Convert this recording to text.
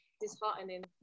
disheartening